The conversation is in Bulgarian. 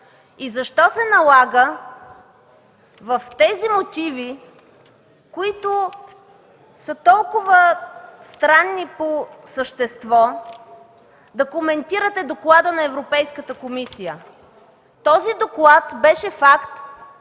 И защо се налага в тези мотиви, които са толкова странни по същество, да коментирате доклада на Европейската комисия? Този доклад беше факт